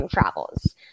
travels